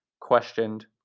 questioned